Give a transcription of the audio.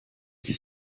qui